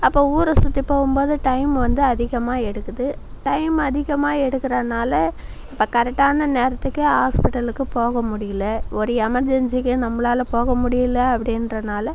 அப்போ ஊரை சுற்றி போகும்போது டைம் வந்து அதிகமாக எடுக்குது டைம் அதிகமாக எடுக்கிறனால இப்போ கரெக்ட்டான நேரத்துக்கு ஹாஸ்பிட்டலுக்கு போக முடியலை ஒரு எமர்ஜென்சிக்கு நம்மளால போக முடியலை அப்படின்றனால